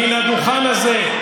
מן הדוכן הזה: